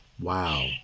Wow